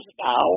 now